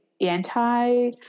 anti